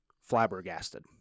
Flabbergasted